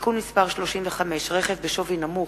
(תיקון מס' 35) (רכב בשווי נמוך),